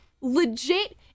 legit